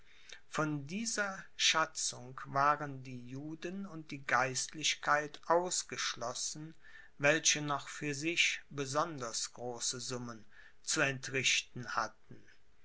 von dieser schatzung waren die juden und die geistlichkeit ausgeschlossen welche noch für sich besonders große summen zu entrichten hatten